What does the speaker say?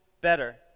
better